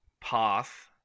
path